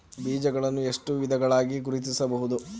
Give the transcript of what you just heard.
ಬೀಜಗಳನ್ನು ಎಷ್ಟು ವಿಧಗಳಾಗಿ ಗುರುತಿಸಬಹುದು?